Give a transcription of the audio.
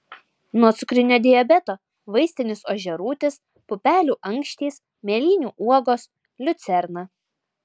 nuo cukrinio diabeto vaistinis ožiarūtis pupelių ankštys mėlynių uogos liucerna